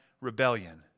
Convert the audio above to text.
rebellion